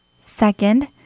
Second